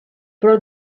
però